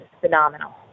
phenomenal